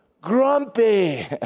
grumpy